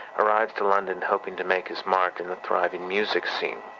arrived to london hoping to make his mark in the thriving music scene.